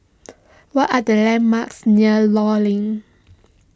what are the landmarks near Law Link